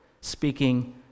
speaking